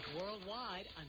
worldwide